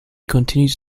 continues